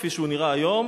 כפי שהוא נראה היום,